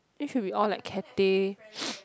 think should be all like Cathay